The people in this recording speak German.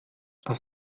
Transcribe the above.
aus